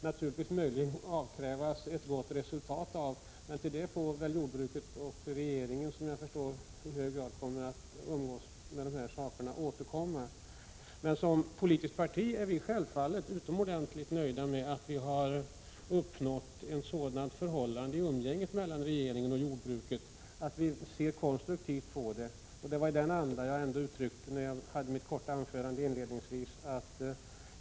Naturligtvis kommer han att avkrävas ett gott resultat av detta. Men till detta får väl jordbruket och regeringen återkomma. Som politiskt parti är moderata samlingspartiet självfallet utomordentligt nöjt med att vi har uppnått ett sådant förhållande i umgänget mellan regeringen och jordbruket att vi ser konstruktivt på det. Det var i den andan jag uttryckte mig när jag höll mitt korta inledningsanförande.